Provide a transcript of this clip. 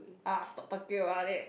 ah stop talking about it